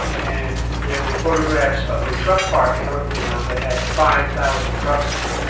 and there were photographs of a truck park in north vietnam that had five thousand trucks in it.